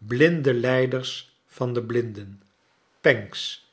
blinde leiders van de blinden pancks